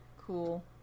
Cool